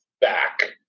back